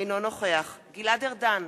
אינו נוכח גלעד ארדן,